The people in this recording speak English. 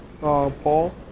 Paul